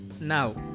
now